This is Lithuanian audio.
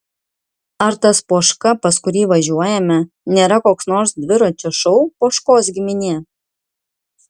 ar tas poška pas kurį važiuojame nėra koks nors dviračio šou poškos giminė